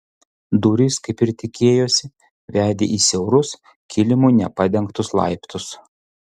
durys kaip ir tikėjosi vedė į siaurus kilimu nepadengtus laiptus